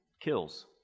kills